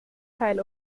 pile